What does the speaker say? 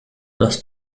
das